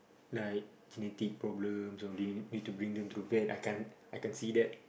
like genetic problems all that need to bring them to the vet I can't I can see that